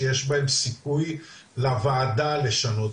שיש בהם סיכוי לוועדה לשנות,